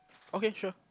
okay sure